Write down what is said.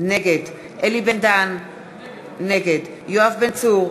נגד יואב בן צור,